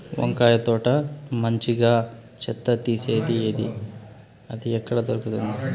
వంకాయ తోట మంచిగా చెత్త తీసేది ఏది? అది ఎక్కడ దొరుకుతుంది?